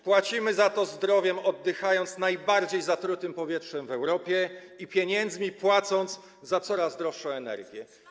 Płacimy za to zdrowiem, oddychając najbardziej zatrutym powietrzem w Europie, i pieniędzmi, mając coraz droższą energię.